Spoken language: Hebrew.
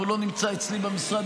הוא לא נמצא אצלי במשרד,